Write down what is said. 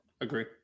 Agree